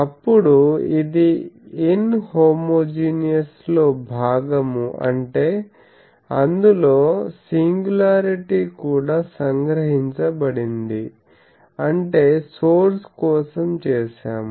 అప్పుడు అది ఇన్హోమోజీనియస్ లో భాగము అంటే అందులో సింగులారిటీ కూడా సంగ్రహించబడింది అంటే సోర్స్ కోసం చేసాము